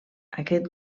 aquest